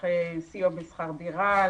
לצורכי סיוע בשכר דירה,